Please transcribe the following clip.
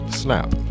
snap